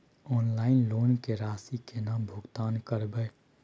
Online loan के राशि केना भुगतान करबे?